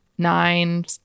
nine